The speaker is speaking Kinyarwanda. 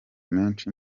menshi